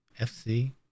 FC